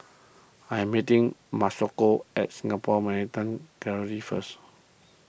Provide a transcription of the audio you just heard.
I am meeting Masako at Singapore Maritime Gallery first